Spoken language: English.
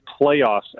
playoffs